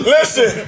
Listen